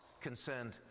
concerned